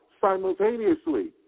simultaneously